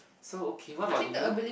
so okay what about you